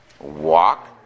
walk